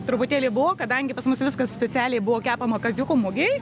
truputėlį buvo kadangi pas mus viskas specialiai buvo kepama kaziuko mugei